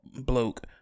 bloke